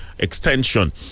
extension